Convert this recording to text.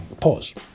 Pause